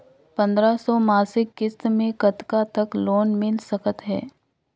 पंद्रह सौ मासिक किस्त मे कतका तक लोन मिल सकत हे?